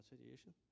situation